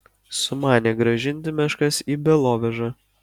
sumanė grąžinti meškas į belovežą